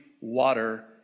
water